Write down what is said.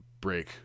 break